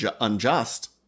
unjust